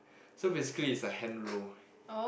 so basically is a hand roll